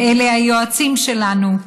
ואלה היועצים שלנו.